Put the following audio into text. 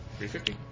350